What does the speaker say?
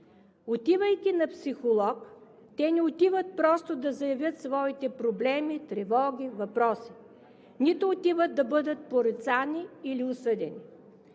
Отивайки на психолог, те не отиват просто да заявят своите проблеми, тревоги, въпроси, нито отиват да бъдат порицани или осъдени,